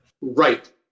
right